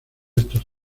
estos